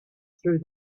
through